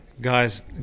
guys